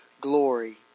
glory